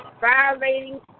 violating